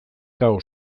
kao